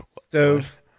stove